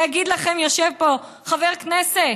יושב פה חבר הכנסת